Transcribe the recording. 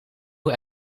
hoe